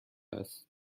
است